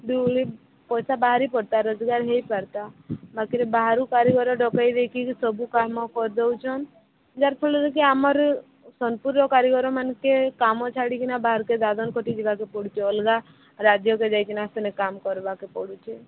ଦୁଇଉଲି ପଇସା ବାହାରି ପର୍ତା ରୋଜଗାର ହେଇ ପାର୍ତା ବାକି ବାହାରୁ କାରିଗର ଡ଼କେଇ ଦେଇକି ସବୁ କାମ କରି ଦଉଛନ୍ ୟାର୍ କଲେ ଯଦି ଆମର ସୋନପୁରର କାରିଗର ମାନକେ କାମ ଛାଡ଼ିକିନା ବାହାରକେ ଦାଦନ ଖଟି ଯିବାକୁ ପଡ଼ୁଚ ଅଲଗା ରାଜ୍ୟକୁ ଯାଇକିନା କାମ କରିବାକେ ପଡ଼ୁଚେ